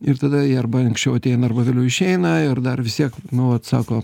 ir tada jie arba anksčiau ateina arba vėliau išeina ir dar vis tiek vat sako